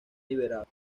liberado